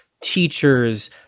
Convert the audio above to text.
teachers